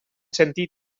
sentit